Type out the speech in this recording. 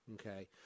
Okay